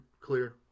clear